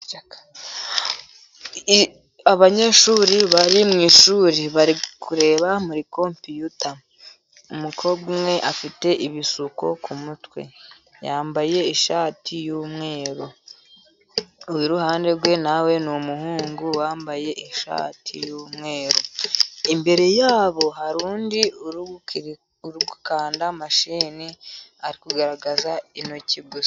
Abanyeshuri bari mu ishuri bari kureba muri kompiyuta, umukobwa umwe afite ibisuko ku mutwe yambaye ishati y'umweru, uri iruhande rwe nawe ni umuhungu wambaye ishati y'umweru. Imbere yabo hari undi uri gukanda mashini ari kugaragaza intoki gusa.